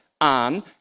on